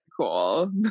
cool